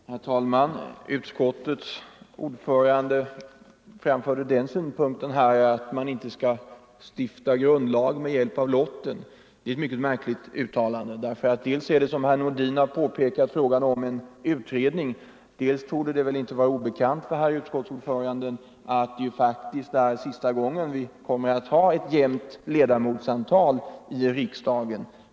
Herr talman! Utskottets ordförande anförde den synpunkten att man inte skall stifta grundlagar med hjälp av lotten. Det är emellertid, som herr Nordin påpekade, här bara fråga om en utredning, och dessutom torde det väl inte vara obekant för herr Johansson i Trollhättan att detta är sista gången som vi kommer att ha ett jämnt antal ledamöter i riksdagen.